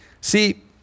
See